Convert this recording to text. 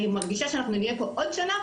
אני מרגישה שאנחנו נהיה פה עוד שנה,